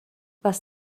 was